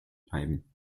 bleiben